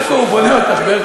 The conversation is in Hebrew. ברקו, הוא בונה אותך, ברקו.